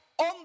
on